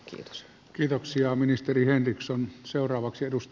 kiitos kiitoksia ministeri henriksson seuraavaksi edust